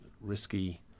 risky